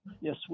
Yes